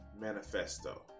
Manifesto